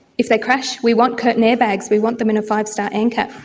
if they crash, we want curtain airbags, we want them in a five-star anchor.